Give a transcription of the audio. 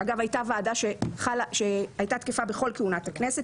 שאגב הייתה ועדה שהייתה תקפה בכל כהונת הכנסת,